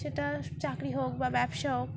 সেটা চাকরি হোক বা ব্যবসা হোক